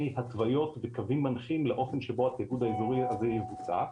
התוויות וקווים מנחים לאופן שבו התאגוד האזורי הזה יבוצע,